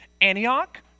Antioch